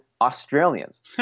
Australians